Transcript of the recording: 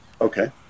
Okay